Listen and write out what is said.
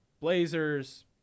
Blazers